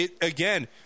again